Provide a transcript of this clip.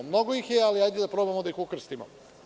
Mnogo ih je ali, hajde da probamo da ih ukrstimo.